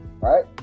right